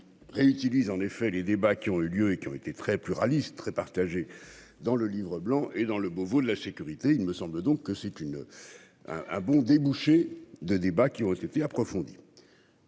qui réutilise en effet les débats qui ont eu lieu et qui ont été très pluraliste très partagés dans le livre blanc et dans le bobo de la sécurité, il me semble donc que c'est une un un bon débouché de débats qui ont été approfondi,